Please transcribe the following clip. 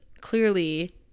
clearly